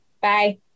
bye